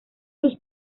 sus